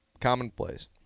commonplace